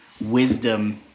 wisdom